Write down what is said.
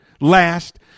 last